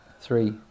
Three